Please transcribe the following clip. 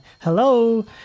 hello